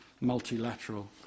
multilateral